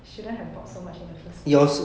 shouldn't have so much in the first place